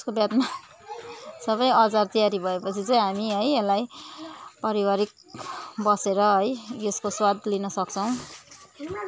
त्यसको बादमा सबै अचार तयारी भएपछि चाहिँ हामी है यसलाई परिवारिक बसेर है यसको स्वाद लिन सक्छौँ